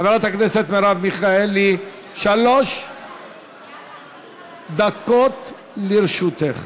חברת הכנסת מרב מיכאלי, שלוש דקות לרשותך.